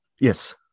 Yes